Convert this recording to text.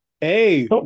Hey